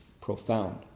profound